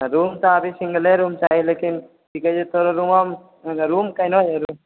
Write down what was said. room तऽ अभि सिंगले रूम चाही लेकिन कि कहै छै तोहर रुमऽमे रूम केहनओ हऽ